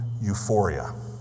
euphoria